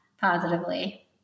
positively